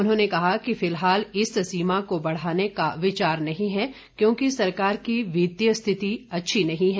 उन्होंने कहा कि फिलहाल इस सीमा को बढ़ाने का विचार नहीं है क्योंकि सरकार की वित्तीय स्थिति अच्छी नहीं है